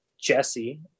jesse